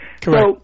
Correct